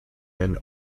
and